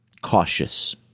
cautious